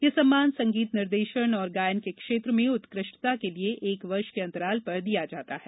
यह सम्मान संगीत निर्देशन और गायन के क्षेत्र में उत्कृष्टता के लिए एक वर्ष के अंतराल पर दिया जाता है